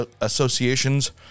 associations